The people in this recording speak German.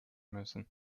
müssen